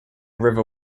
river